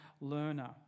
learner